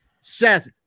Seth